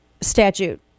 statute